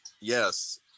Yes